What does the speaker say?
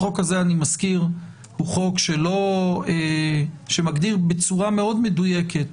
אני מזכיר שהחוק הזה מגדיר בצורה מאוד מדויקת